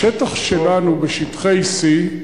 בשטח שלנו, בשטחי C,